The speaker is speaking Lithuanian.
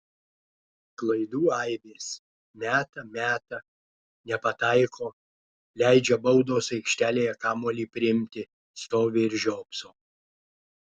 klaidų aibės meta meta nepataiko leidžia baudos aikštelėje kamuolį priimti stovi ir žiopso